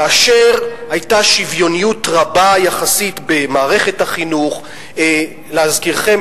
כאשר היתה שוויוניות רבה יחסית במערכת החינוך להזכירכם,